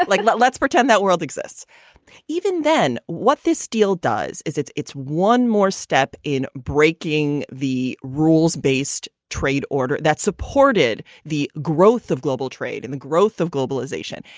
like but let's pretend that world exists even then. what this deal does is it's it's one more step in breaking the rules based. trade order that supported the growth of global trade and the growth of globalization.